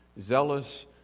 zealous